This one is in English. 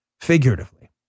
figuratively